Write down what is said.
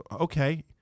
Okay